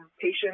patient